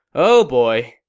oh boy.